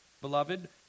beloved